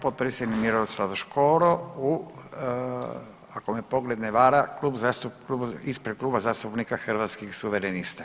Potpredsjednik Miroslav Škoro u, ako me pogled ne vara, ispred Kluba zastupnika Hrvatskih suverenista.